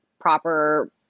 proper